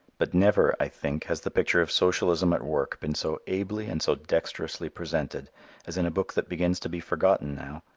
but never, i think, has the picture of socialism at work been so ably and so dexterously presented as in a book that begins to be forgotten now,